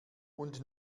und